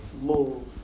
move